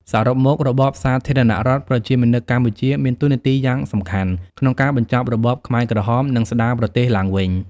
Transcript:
សរុបមក របបសាធារណរដ្ឋប្រជាមានិតកម្ពុជាមានតួនាទីយ៉ាងសំខាន់ក្នុងការបញ្ចប់របបខ្មែរក្រហម និងស្ដារប្រទេសឡើងវិញ។